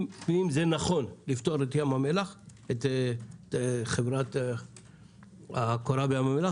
אם זה נכון לפטור את החברה בים המלח,